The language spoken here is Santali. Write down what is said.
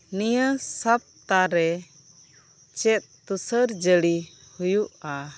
ᱱᱤᱭᱟᱹ ᱥᱚᱯᱛᱟᱨᱮ ᱪᱮᱫ ᱛᱩᱥᱟᱹᱨ ᱡᱟᱲᱤ ᱦᱩᱭᱩᱜᱼᱟ